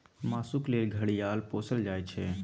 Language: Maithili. मासुक लेल घड़ियाल पोसल जाइ छै